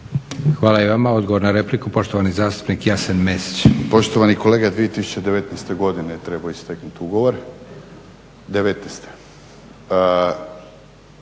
Hvala i vama. Odgovor na repliku, poštovani zastupnik Jasen Mesić. **Mesić, Jasen (HDZ)** Poštovani kolega 2019. godine je trebao isteknuti ugovor.